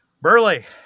Burley